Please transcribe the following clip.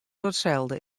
deselde